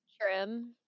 trim